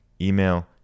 email